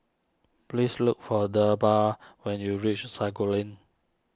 please look for Debra when you reach Sago Lane